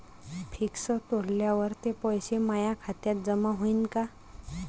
Fix तोडल्यावर ते पैसे माया खात्यात जमा होईनं का?